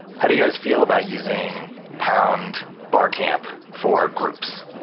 how do you guys feel about using pound barcamp for groups?